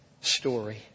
story